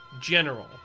general